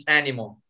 animal